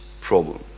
problem